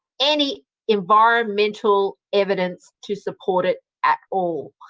any environmental evidence to support it at all.